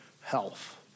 health